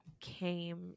came